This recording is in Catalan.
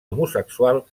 homosexual